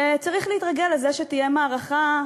שצריך להתרגל לזה שתהיה מערכה,